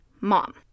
Mom